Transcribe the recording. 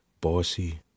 Bossy